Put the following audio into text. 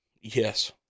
Yes